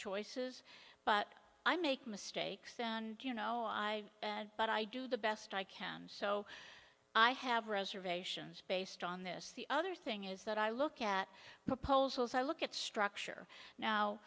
choices but i make mistakes and you know i but i do the best i can so i have reservations based on this the other thing is that i look at the polls i look at structure now